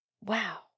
Wow